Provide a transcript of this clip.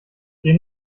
geh